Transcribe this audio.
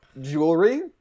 jewelry